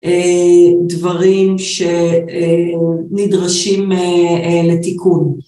אההה.... דברים ש... אאההה... נדרשים לתיקון.